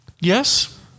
Yes